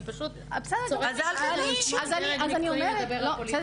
פשוט צורם לי לשמוע דרג מקצועי מדבר על פוליטיקה.